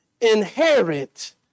inherit